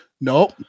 no